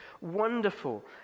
wonderful